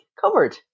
covered